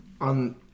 on